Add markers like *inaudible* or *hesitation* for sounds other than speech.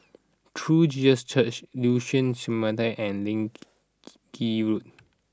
True Jesus Church Liuxun *unintelligible* and Lee *hesitation* Keng Road